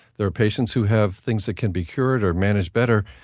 there are patients who have things that can be cured or managed better,